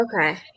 okay